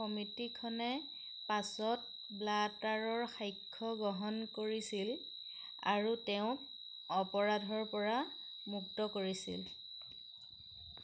সমিতিখনে পাছত ব্লাটাৰৰ সাক্ষ্য গ্ৰহণ কৰিছিল আৰু তেওঁক অপৰাধৰপৰা মুক্ত কৰিছিল